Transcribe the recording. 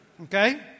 Okay